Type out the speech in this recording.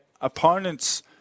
opponents